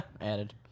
Added